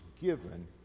given